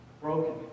broken